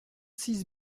six